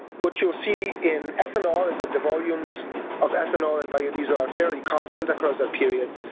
what you'll see in ethanol is that the volumes of ethanol and biodiesel are fairly constant across that period,